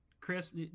Chris